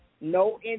No